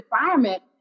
environment